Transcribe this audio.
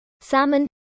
salmon